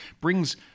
brings